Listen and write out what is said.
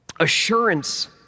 Assurance